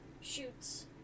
shoots